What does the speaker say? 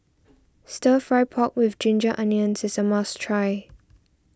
Stir Fry Pork with Ginger Onions is a must try